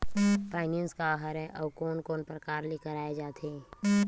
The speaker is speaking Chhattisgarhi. फाइनेंस का हरय आऊ कोन कोन प्रकार ले कराये जाथे?